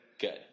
Good